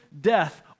death